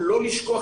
לא מצפה